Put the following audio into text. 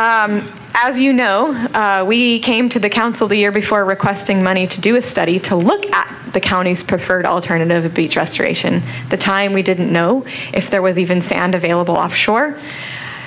as you know we came to the council the year before requesting money to do a study to look at the county's preferred alternative of beach restoration the time we didn't know if there was even sand available off shore